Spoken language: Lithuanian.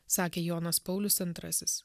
sakė jonas paulius antrasis